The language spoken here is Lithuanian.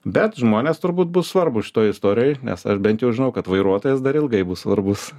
bet žmonės turbūt bus svarbūs šitoj istorijoj nes aš bent jau žinau kad vairuotojas dar ilgai bus svarbus